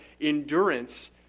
endurance